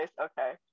okay